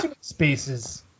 Spaces